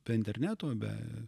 be interneto be